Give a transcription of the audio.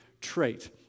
trait